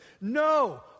No